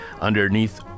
underneath